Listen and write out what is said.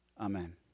Amen